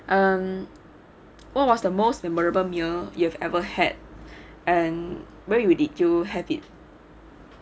um what was the most memorable meal you've ever had and where you did you have it